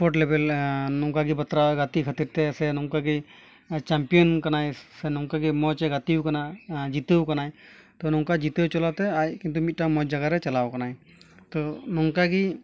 sport ᱞᱮᱵᱮᱞ ᱱᱚᱝᱠᱟᱜᱮ ᱵᱟᱛᱨᱟᱣ ᱜᱟᱛᱮ ᱠᱷᱟᱹᱛᱤᱨᱛᱮ ᱥᱮ ᱱᱚᱝᱠᱟᱜᱮ ᱪᱟᱢᱯᱤᱭᱟᱱ ᱠᱟᱱᱟᱭ ᱥᱮ ᱱᱚᱝᱠᱟᱜᱮ ᱢᱚᱡᱽᱮ ᱜᱟᱛᱮ ᱟᱠᱟᱱᱟ ᱡᱤᱛᱟᱹᱣ ᱟᱠᱟᱱᱟᱭ ᱛᱚ ᱱᱚᱝᱠᱟ ᱡᱤᱛᱟᱹᱣ ᱪᱟᱞᱟᱣᱛᱮ ᱟᱡ ᱠᱤᱱᱛᱩ ᱢᱤᱫᱴᱮᱱ ᱢᱚᱡᱽ ᱡᱟᱜᱟᱨᱮ ᱪᱟᱞᱟᱣ ᱟᱠᱟᱱᱟᱭ ᱛᱚ ᱱᱚᱝᱠᱟᱜᱮ